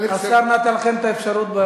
השר נתן לכם את האפשרות,